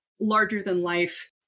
larger-than-life